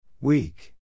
Weak